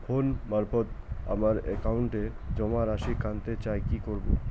Phone মারফত আমার একাউন্টে জমা রাশি কান্তে চাই কি করবো?